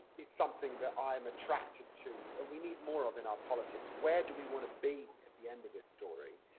is something that i am attracted to, and we need more of in our politics. where do we want to be at the end of this story?